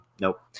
nope